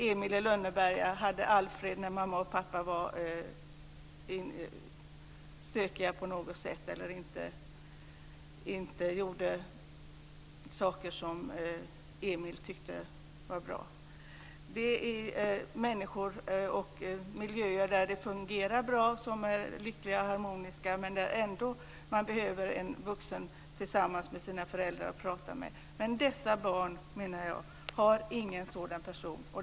Emil i Lönneberga hade Alfred när mamma och pappa var stökiga på något sätt eller inte gjorde saker som Emil tyckte var bra. Det är människor och miljöer där det fungerar bra och där man är lycklig och harmonisk, men man behöver ändå en vuxen tillsammans med föräldrarna som man kan prata med. Men jag menar att dessa barn inte har någon sådan person.